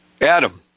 Adam